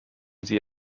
sie